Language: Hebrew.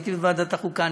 הייתי בוועדת החוקה,